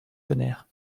tonnerre